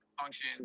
function